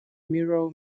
mirror